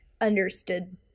understood